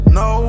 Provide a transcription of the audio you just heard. no